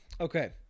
Okay